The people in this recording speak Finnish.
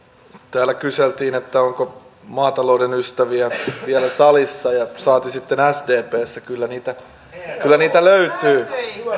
täällä kyseltiin onko maatalouden ystäviä vielä salissa saati sitten sdpssä kyllä niitä löytyy